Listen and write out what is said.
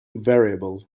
variable